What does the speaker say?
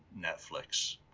Netflix